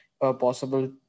possible